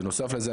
בנוסף לזה,